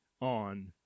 on